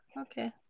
Okay